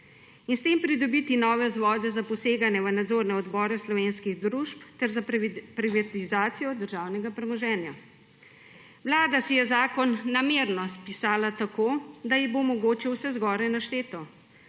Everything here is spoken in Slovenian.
in s tem pridobiti nove vzvode za poseganje v nadzorne odbore slovenskih družb, ter za privatizacijo državnega premoženja. Vlada si je zakon namerno spisala tako, da ji bo mogoče vse zgoraj našteto